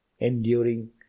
Enduring